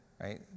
right